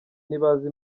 ntibazi